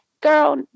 Girl